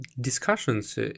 discussions